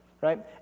right